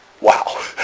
Wow